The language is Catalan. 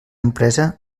empresa